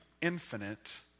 infinite